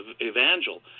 evangel